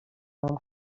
mam